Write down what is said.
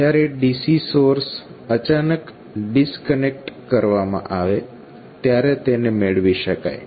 જ્યારે DC source અચાનક disconnect કરવામાં આવે ત્યારે તેને મેળવી શકાય